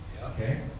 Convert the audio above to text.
okay